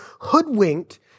hoodwinked